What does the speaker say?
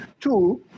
Two